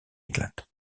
éclate